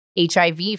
HIV